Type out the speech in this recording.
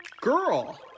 girl